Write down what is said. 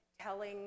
telling